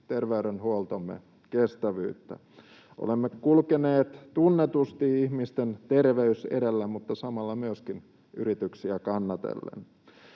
terveydenhuoltomme kestävyyttä. Olemme kulkeneet tunnetusti ihmisten terveys edellä mutta samalla myöskin yrityksiä kannatellen.